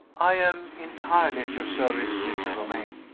i am entirely at your service, mr. romayne.